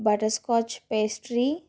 butter scotch pastry